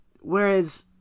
Whereas